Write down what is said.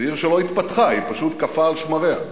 עיר שלא התפתחה, היא פשוט קפאה על שמריה.